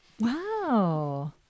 Wow